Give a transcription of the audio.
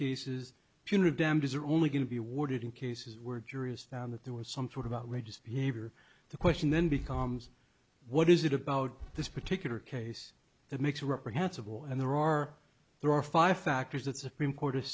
are only going to be awarded in cases where juries found that there was some sort of outrageous behavior the question then becomes what is it about this particular case that makes reprehensible and there are there are five factors that supreme court